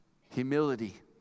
humility